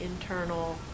internal